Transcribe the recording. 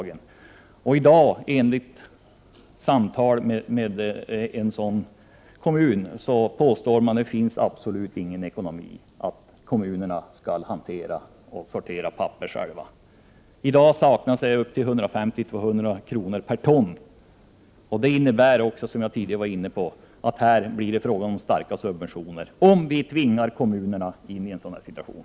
Men företrädare för en kommun i ett sådant län har vid samtal i dag påstått att det absolut inte finns någon ekonomi i att kommunerna skall hantera och sortera returpapper själva. 150-200 kr. per ton papper saknas i dag, vilket innebär att det skulle bli fråga om starka subventioner om vi tvingar kommunerna in i en sådan situation.